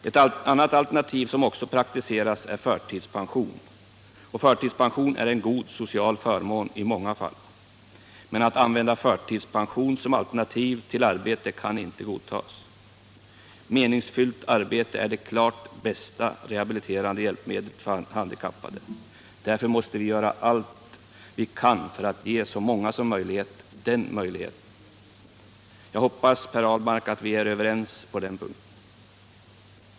Ett annat alternativ som också praktiseras är förtidspension. Förtidspension är en god social förmån i många fall, men att använda förtidspension som alternativ till arbete kan inte godtas. Meningsfyllt arbete är det klart bästa rehabiliterande hjälpmedlet för handikappade. Därför måste vi göra allt vad vi kan för att ge så många som möjligt tillgång till sådant arbete. Jag hoppas, Per Ahlmark, att vi är överens på den punkten.